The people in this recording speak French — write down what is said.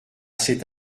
cet